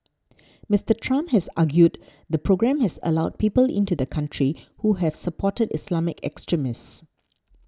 Mister Trump has argued the programme has allowed people into the country who has supported Islamic extremists